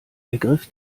ergriff